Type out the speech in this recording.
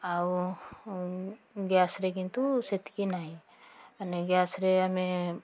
ଆଉ ଗ୍ୟାସ୍ରେ କିନ୍ତୁ ସେତିକି ନାହିଁ ମାନେ ଗ୍ୟାସ୍ରେ ଆମେ